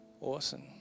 awesome